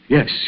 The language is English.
Yes